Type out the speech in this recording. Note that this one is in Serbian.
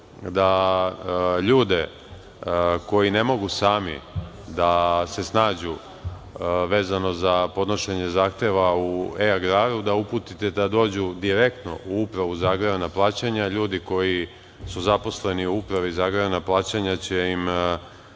da ljude koji ne mogu sami da se snađu vezano za podnošenje zahteva u e-Agraru da uputite da dođu direktno u Upravu za agrarna plaćanja. Ljudi koji su zaposleni u Upravi za agrarna plaćanja će im